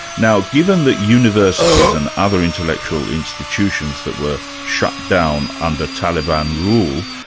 now given that universities and other intellectual institutions that were shut down under taliban rule,